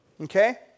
Okay